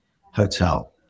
hotel